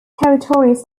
territories